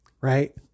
right